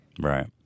Right